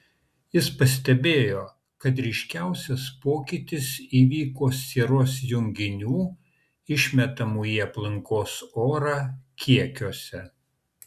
jis pastebėjo kad ryškiausias pokytis įvyko sieros junginių išmetamų į aplinkos orą kiekiuose